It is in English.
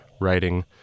writing